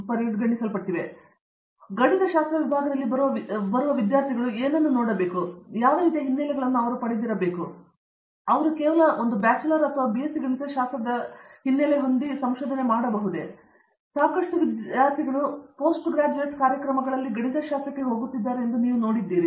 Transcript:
ಸರಿ ಎಂಬ ಅರ್ಥದಲ್ಲಿ ನಾವು ಗಣಿತ ಶಾಸ್ತ್ರ ವಿಭಾಗದಲ್ಲಿ ಬರುವ ವಿದ್ಯಾರ್ಥಿಗಳು ನೋಡಿದರೆ ನಾನು ಯಾವ ರೀತಿಯ ಹಿನ್ನೆಲೆಗಳನ್ನು ಅವರು ಪಡೆಯುತ್ತಿದ್ದೇನೆಂದರೆ ಅವರು ಕೇವಲ ಒಂದೇ ರೀತಿಯಾಗಿ ಬ್ಯಾಚುಲರ್ ಅಥವಾ ಬಿಎಸ್ಸಿ ಗಣಿತಶಾಸ್ತ್ರದ ರೀತಿಯ ಹಿನ್ನೆಲೆ ಅಥವಾ ನೀವು ವಿಭಿನ್ನವಾಗಿ ನೋಡಿ ಸಾಕಷ್ಟು ಎಂಜಿನಿಯರಿಂಗ್ ವಿದ್ಯಾರ್ಥಿಗಳು ಪಿಜಿ ಕಾರ್ಯಕ್ರಮಗಳಲ್ಲಿ ಗಣಿತಶಾಸ್ತ್ರಕ್ಕೆ ಹೋಗುತ್ತಿದ್ದಾರೆ ಎಂದು ನೀವು ನೋಡುತ್ತೀರಿ